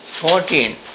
fourteen